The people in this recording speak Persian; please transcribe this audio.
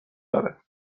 داره